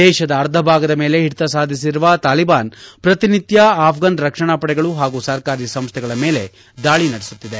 ದೇಶದ ಅರ್ಧಭಾಗದ ಮೇಲೆ ಹಿಡಿತ ಸಾಧಿಸಿರುವ ತಾಲಿಬಾನ್ ಪ್ರತಿನಿತ್ತ ಅಫ್ರಾನ್ ರಕ್ಷಣಾ ಪಡೆಗಳು ಹಾಗೂ ಸರ್ಕಾರಿ ಸಂಸ್ಥೆಗಳ ಮೇಲೆ ದಾಳಿ ನಡೆಸುತ್ತಿದೆ